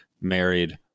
married